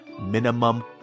minimum